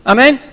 Amen